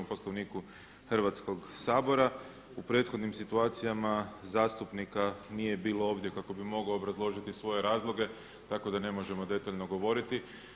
Poslovniku Hrvatskog sabora u prethodnim situacijama zastupnika nije bilo ovdje kako bi mogao obrazložiti svoje razloge tako da ne možemo detaljno govoriti.